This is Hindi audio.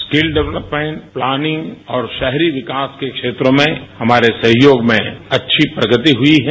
स्किल डेवलपमेंट प्लानिंग और शहरी विकास के क्षेत्र में हमारे सहयोग में अच्छी प्रगति हुई है